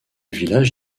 village